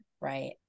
Right